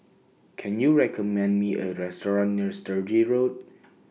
Can YOU recommend Me A Restaurant near Sturdee Road